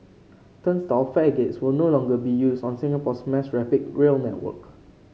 turnstile fare gates will no longer be used on Singapore's mass rapid rail network